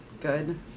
good